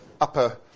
upper